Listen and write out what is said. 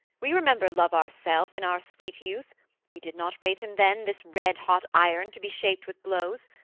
we remember love ourself in our sweet youth we did not rate him then this red-hot iron to be shaped with blows.